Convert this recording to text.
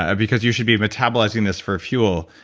ah because you should be metabolizing this for fuel.